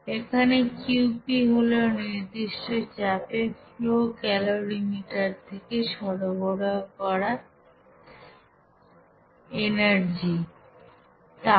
এখানে Qp হল নির্দিষ্ট চাপে ফ্লো ক্যালরিমিটার থেকে সরবরাহ করা তাপ